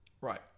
right